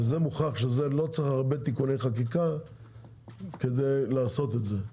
וזה מוכיח שלא צריך הרבה תיקוני חקיקה כדי לעשות את זה.